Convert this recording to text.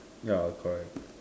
ya correct